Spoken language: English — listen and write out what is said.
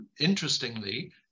interestingly